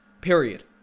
Period